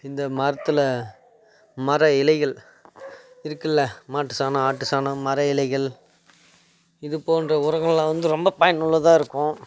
இந்த மரத்தில் மர இலைகள் இருக்குதுல்ல மாட்டு சாணம் ஆட்டு சாணம் மரம் இலைகள் இது போன்ற உரங்கள்லாம் வந்து ரொம்ப பயனுள்ளதாக இருக்கும்